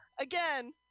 again